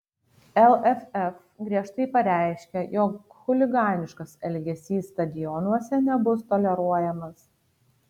lff griežtai pareiškia jog chuliganiškas elgesys stadionuose nebus toleruojamas